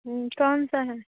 कौन सा है